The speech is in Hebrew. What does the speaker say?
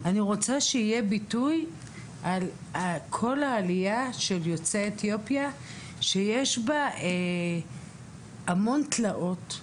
אני רוצה שיהיה ביטוי על כל העלייה של יוצאי אתיופיה שיש בה המון תלאות,